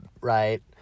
right